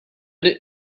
good